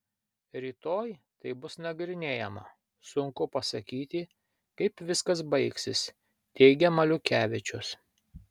rytoj tai bus nagrinėjama sunku pasakyti kaip viskas baigsis teigia maliukevičius